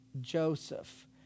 Joseph